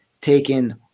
taken